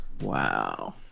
Wow